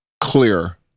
clear